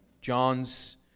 John's